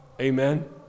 Amen